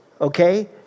Okay